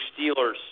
Steelers